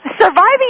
surviving